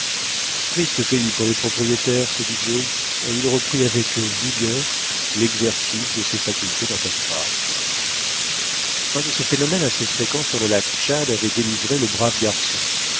triste pays pour les propriétaires se dit joe et il reprit avec vigueur lexercice de ses facultés natatoires un de ces phénomènes assez fréquents sur le lac tchad avait délivré le brave garçon